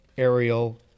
aerial